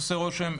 עושה רושם,